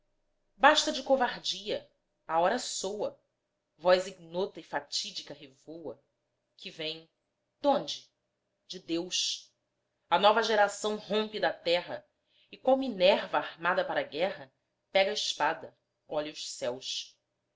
basta de covardia a hora soa voz ignota e fatídica revoa que vem donde de deus a nova geração rompe da terra e qual minerva armada para a guerra pega a espada olha os céus